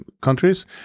countries